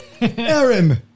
Aaron